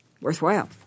worthwhile